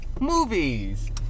movies